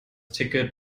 ticket